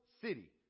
city